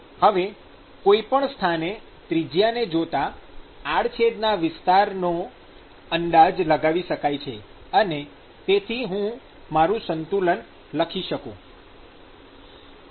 હવે કોઈપણ સ્થાને ત્રિજ્યાને જોતાં આડછેદના વિસ્તારનો અંદાજ લગાવી શકાય છે અને તેથી હું મારું સંતુલન લખી શકું